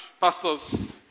pastors